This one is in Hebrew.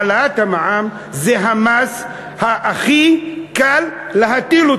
העלאת המע"מ זה המס שהכי קל להטיל.